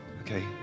Okay